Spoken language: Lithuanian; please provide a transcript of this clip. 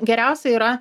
geriausia yra